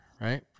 right